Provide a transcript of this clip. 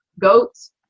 goats